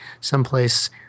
someplace